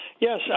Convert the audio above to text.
Yes